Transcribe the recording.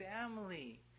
family